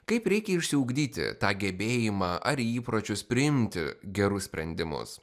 kaip reikia išsiugdyti tą gebėjimą ar įpročius priimti gerus sprendimus